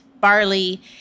barley